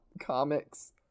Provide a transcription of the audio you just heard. comics